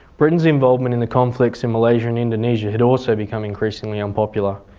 britain's involvement in the conflicts in malaysia and indonesia had also become increasingly unpopular.